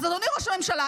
אז אדוני ראש הממשלה,